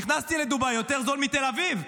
נכנסת לדובאי, יותר זול מתל אביב.